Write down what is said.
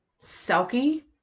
Selkie